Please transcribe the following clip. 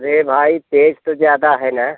ऐ भाई तेईस तो ज़्यादा है ना